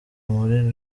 muri